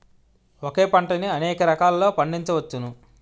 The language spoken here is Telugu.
ఒకే పంటని అనేక రకాలలో పండించ్చవచ్చును